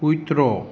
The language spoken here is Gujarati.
કૂતરો